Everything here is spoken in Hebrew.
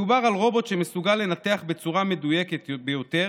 מדובר על רובוט שמסוגל לנתח בצורה מדויקת ביותר,